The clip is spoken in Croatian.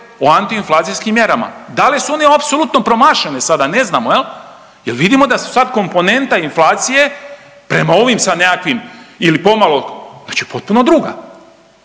o antiinflacijskim mjerama. Da li su one apsolutno promašene sada? Ne znamo, je li, jer vidimo da su sad komponenta inflacije prema ovim sad nekakvim ili pomalo, znači potpuno druga,